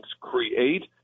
create